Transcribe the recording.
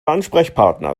ansprechpartner